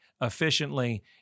efficiently